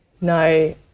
No